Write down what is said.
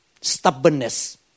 stubbornness